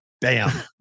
bam